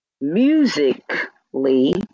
musically